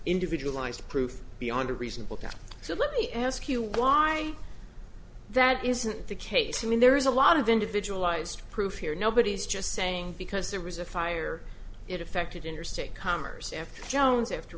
individualized proof beyond a reasonable doubt so let me ask you why that isn't the case i mean there is a lot of individual ised proof here nobody's just saying because there was a fire it affected interstate commerce and jones after